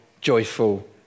joyful